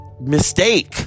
mistake